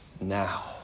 now